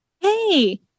Hey